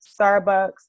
starbucks